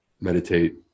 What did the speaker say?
meditate